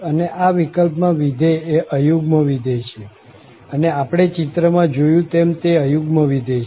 અને આ વિકલ્પમાં વિધેય એ અયુગ્મ વિધેય છે અને આપણે ચિત્ર માં જોયું તેમ તે અયુગ્મ વિધેય છે